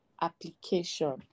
application